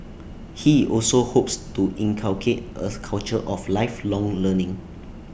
he also hopes to inculcate A culture of lifelong learning